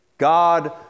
God